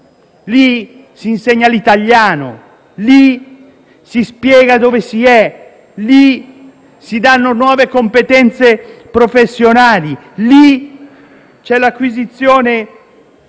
Lì si insegna l'italiano, lì si spiega dove si è, lì si danno nuove competenze professionali, lì c'è la costruzione